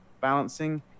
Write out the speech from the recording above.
balancing